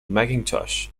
macintosh